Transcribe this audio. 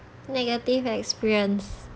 negative experience